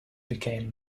became